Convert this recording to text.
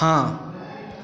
हाँ